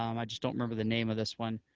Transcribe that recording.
um i just don't remember the name of this one,